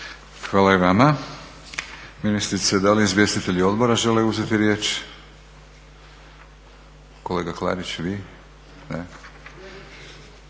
Hvala i vama ministrice. Da li izvjestitelji odbora žele uzeti riječ? Kolega Klarić vi?